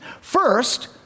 First